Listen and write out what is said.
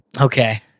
Okay